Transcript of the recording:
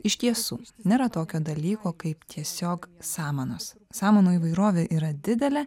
iš tiesų nėra tokio dalyko kaip tiesiog samanos samanų įvairovė yra didelė